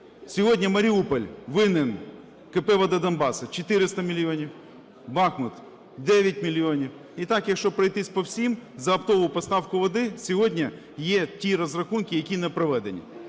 Сьогодні Маріуполь винен КП "Вода Донбасу" 400 мільйонів, Бахмут – 9 мільйонів. І так, якщо пройтись по всім, за оптову поставку води сьогодні є ті розрахунки, які не проведені.